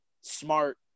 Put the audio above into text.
Smart